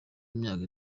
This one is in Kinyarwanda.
imyaka